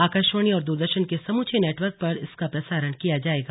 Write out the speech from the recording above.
आकाशवाणी और दूरदर्शन के समूचे नेटवर्क पर इसका प्रसारण किया जाएगा